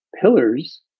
pillars